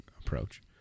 approach